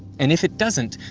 and if it doesn't,